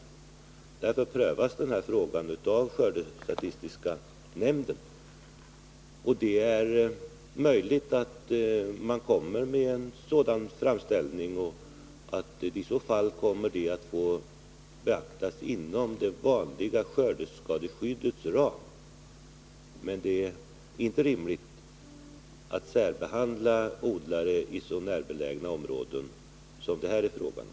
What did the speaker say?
Därför prövas den här frågan av skördestatistiska nämnden. Det är möjligt att nämnden gör en framställning om ersättning, och i så fall kommer den att behandlas inom det vanliga skördeskadeskyddets ram. Men det är inte rimligt att särbehandla odlare i så närbelägna områden som det här är fråga om.